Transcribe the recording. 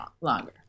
longer